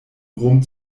rom